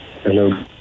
hello